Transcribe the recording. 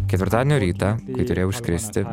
ketvirtadienio rytą kai turėjau išskristi